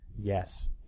yes